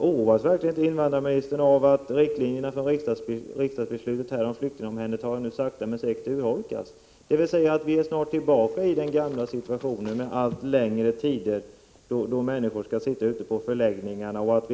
Oroas verkligen inte invandrarministern av att riktlinjerna i riksdagsbeslutet om flyktingomhändertagande nu sakta men säkert urholkas? Vi kan snart vara tillbaka i den gamla situationen, att människor under allt längre tid sitter ute i förläggningarna.